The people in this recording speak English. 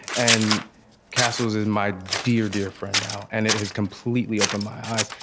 and cassils is my dear, dear friend now. and it has completely opened my eyes,